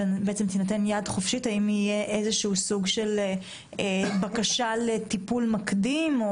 האם תהיה בקשה לטיפול מקדים?